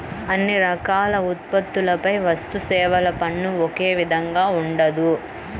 అన్ని రకాల ఉత్పత్తులపై వస్తుసేవల పన్ను ఒకే విధంగా ఉండదు